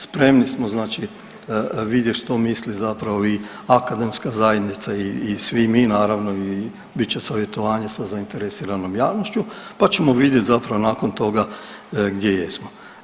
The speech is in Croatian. Spremni smo znači vidjet što misli zapravo i akademska zajednica i svi mi naravno i bit će savjetovanje sa zainteresiranom javnošću, pa ćemo vidjet zapravo nakon toga gdje jesmo.